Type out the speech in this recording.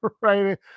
right